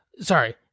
sorry